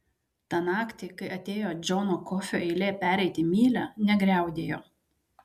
tą naktį kai atėjo džono kofio eilė pereiti mylia negriaudėjo